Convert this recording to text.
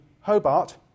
Hobart